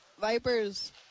vipers